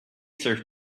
serve